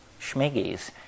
schmiggies